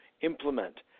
implement